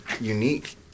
unique